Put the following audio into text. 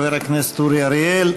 חבר הכנסת אורי אריאל.